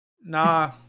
nah